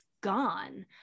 gone